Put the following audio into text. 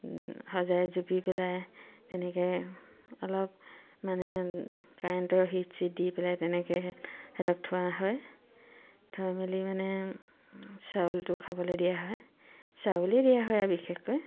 সজাই জুপি পেলাই তেনেকৈ অলপ মানে কাৰেণ্টৰ হিট চিট দি পেলাই তেনেকৈ হেঁতক থোৱা হয় থৈ মেলি মানে চাউলটো খাবলৈ দিয়া হয় চাউলেই দিয়া হয় আৰু বিশেষকৈ